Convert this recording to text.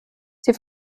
sie